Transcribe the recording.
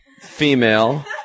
female